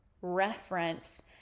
reference